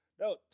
no